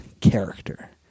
character